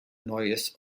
neues